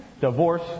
divorce